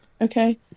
Okay